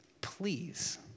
please